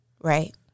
right